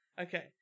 Okay